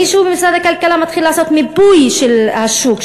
מישהו במשרד הכלכלה מתחיל לעשות מיפוי של השוק,